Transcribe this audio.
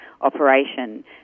operation